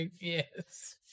Yes